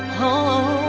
home